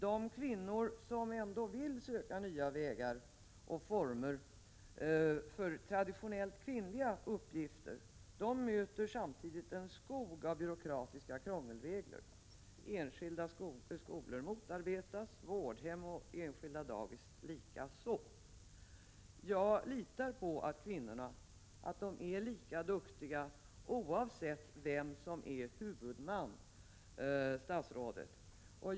De kvinnor som ändå vill söka nya vägar och former för traditionellt kvinnliga uppgifter möter samtidigt en skog av byråkratiska krångelregler. Enskilda skolor motarbetas, enskilda vårdhem och dagis likaså. Jag litar på att kvinnorna är lika duktiga, oavsett vem som är huvudman, fru statsråd.